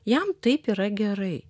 jam taip yra gerai